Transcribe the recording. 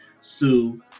Sue